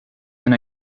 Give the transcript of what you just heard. and